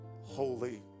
holy